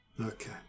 Okay